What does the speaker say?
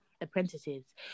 apprentices